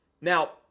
now